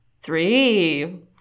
Three